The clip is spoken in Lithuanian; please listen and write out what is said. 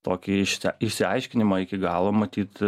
tokį šitą išsiaiškinimą iki galo matyt